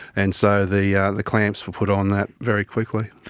and so the yeah the clamps were put on that very quickly.